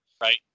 right